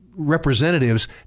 representatives